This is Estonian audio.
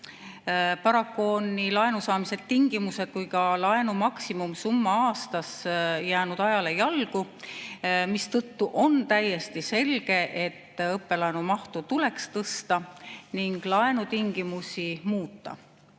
Paraku on nii laenu saamise tingimused kui ka laenu maksimumsumma aastas jäänud ajale jalgu, mistõttu on täiesti selge, et õppelaenu mahtu tuleks tõsta ning laenutingimusi muuta.